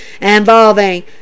involving